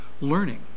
learning